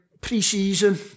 Pre-season